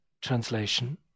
translation